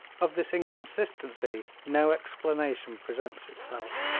of this inconsistency no explanation presents itself.